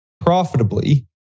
profitably